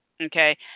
okay